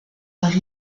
par